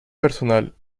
personal